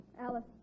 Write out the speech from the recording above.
Alice